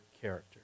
character